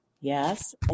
Yes